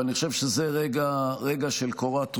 אבל אני חושב שזה רגע של קורת רוח,